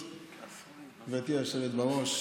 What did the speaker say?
היושבת-ראש,